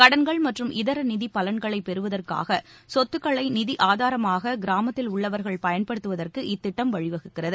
கடன்கள் மற்றும் இதர நிதி பலன்களை பெறுவதற்காக சொத்துகளை நிதி ஆதாரமாக கிராமத்தில் உள்ளவர்கள் பயன்படுத்துவதற்கு இத்திட்டம் வழிவகுக்கிறது